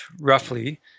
roughly